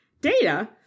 Data